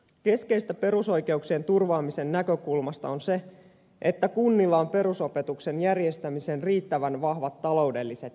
keskeistä perusoikeuksien turvaamisen näkökulmasta on se että kunnilla on perusopetuksen järjestämiseen riittävän vahvat taloudelliset edellytykset